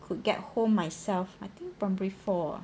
could get home myself I think primary four ah